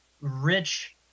rich